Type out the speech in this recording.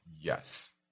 Yes